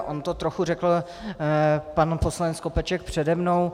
On to trochu řekl pan poslanec Skopeček přede mnou.